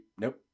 Nope